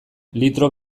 litro